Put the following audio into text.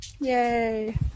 Yay